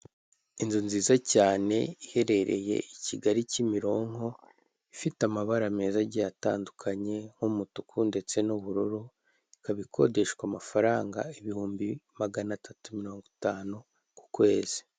Inzu nziza cyane iherereye i Kigali, Kimironko, ifite amabara meza agiye atandukanye nk'umutuku ndetse n'ubururu, ikaba ikodeshwa amafaranga ibihumbi magana atatu mirongo itanu ku kwezi.